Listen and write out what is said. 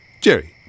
Jerry